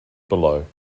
below